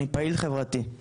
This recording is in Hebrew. אני פעיל חברתי.